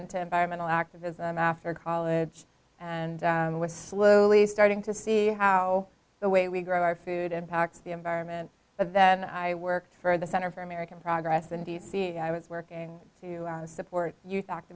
into environmental activism after college and was slowly starting to see how the way we grow our food impacts the environment but then i work for the center for american progress in d c i was working to support you